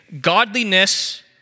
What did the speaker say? godliness